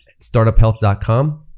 StartUpHealth.com